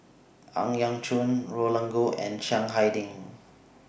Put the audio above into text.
Ang Yau Choon Roland Goh and Chiang Hai Ding